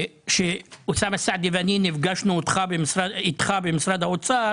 שאוסאמה סעדי ואני נפגשנו אתו במשרד האוצר